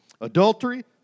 adultery